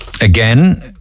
Again